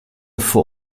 vor